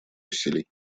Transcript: усилий